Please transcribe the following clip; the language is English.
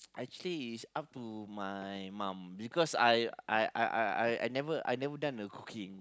actually it's up to my mum because I I I I never I never done the cooking